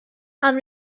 amb